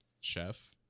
chef